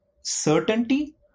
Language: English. certainty